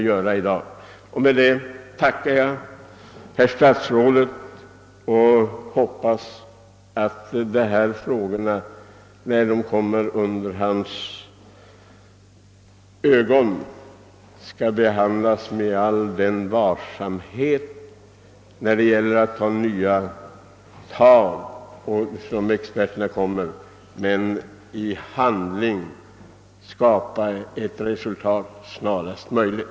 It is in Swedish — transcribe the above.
Med dessa ord tackar jag herr statsrådet och hoppas att dessa frågor, när de kommer under hans ögon, skall behandlas med all varsamhet och att experterna skall ta nya tag för att i handling skapa ett resultat så snart som möjligt.